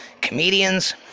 comedians